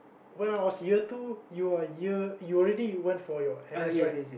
when I was year two you are year you already went for your N_S right